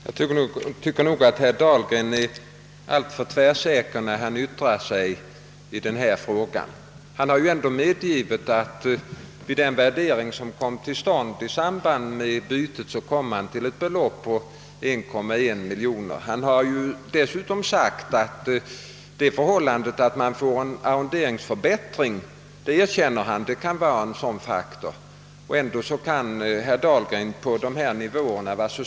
Herr talman! Jag tycker nog att herr Dahlgren är alltför tvärsäker när han yttrar sig i denna fråga. Han har dock medgivit att vid den värdering, som kom till stånd i samband med bytet, kom man fram till: ett belopp på 1,1 miljon kronor. Han har också erkänt att det förhållandet att man får en arronderingsförbättring kan-vara en faktor som inverkar på anbudet. ändå kan herr Dahlgren vara.